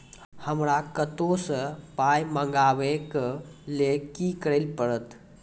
हमरा कतौ सअ पाय मंगावै कऽ लेल की करे पड़त?